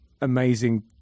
amazing